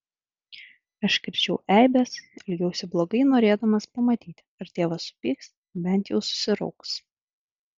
aš krėčiau eibes elgiausi blogai norėdamas pamatyti ar tėvas supyks bent jau susirauks